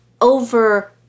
Over-